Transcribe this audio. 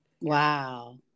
Wow